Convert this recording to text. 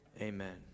Amen